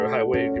Highway